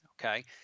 Okay